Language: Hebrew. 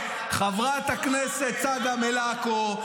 חברת הכנסת צגה מלקו,